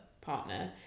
partner